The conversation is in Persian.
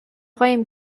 قایم